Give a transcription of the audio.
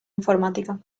informática